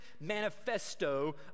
manifesto